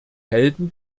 helden